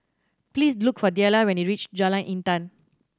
please look for Delila when you reach Jalan Intan